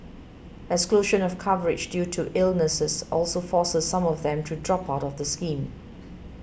exclusion of coverage due to illnesses also forces some of them to drop out of the scheme